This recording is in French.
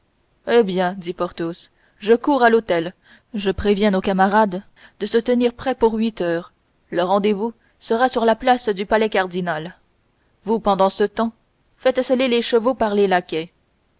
eh bien dit porthos je cours à l'hôtel je préviens nos camarades de se tenir prêts pour huit heures le rendez-vous sera sur la place du palais cardinal vous pendant ce temps faites seller les chevaux par les laquais